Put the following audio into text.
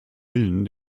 willen